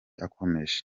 akomeje